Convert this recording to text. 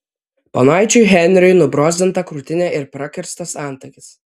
ponaičiui henriui nubrozdinta krūtinė ir prakirstas antakis